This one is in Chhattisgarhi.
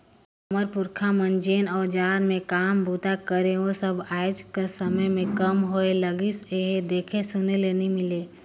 हमर पुरखा मन जेन अउजार मन मे काम बूता करे ओ सब आएज कर समे मे कम होए लगिस अहे, देखे सुने ले नी मिले